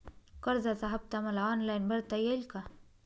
कर्जाचा हफ्ता मला ऑनलाईन भरता येईल का?